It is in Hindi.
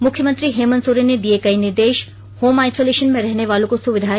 मुख्यमंत्री हेमंत सोरन ने दिये कई निर्देश होम आइसोलेशन में रहने वालों को सुविधाएं